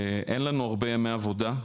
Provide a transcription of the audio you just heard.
אין לנו הרבה ימי עבודה.